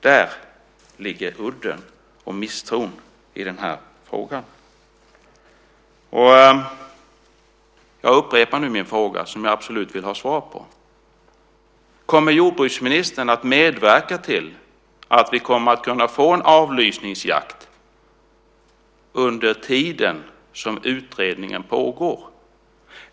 Där ligger udden och misstron i den här frågan. Jag upprepar nu min fråga, som jag absolut vill ha svar på: Kommer jordbruksministern att medverka till att vi kommer att kunna få en avlysningsjakt under tiden som utredningen pågår?